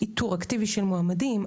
איתור אקטיבי של מועמדים,